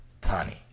Tani